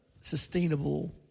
sustainable